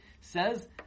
says